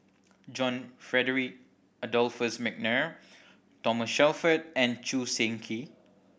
John Frederick Adolphus McNair Thomas Shelford and Choo Seng Quee